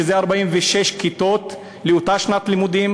שזה 46 כיתות לאותה שנת לימודים,